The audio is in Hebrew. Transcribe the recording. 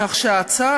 כך שההצעה,